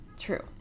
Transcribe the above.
true